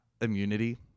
immunity